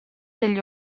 degli